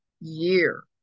year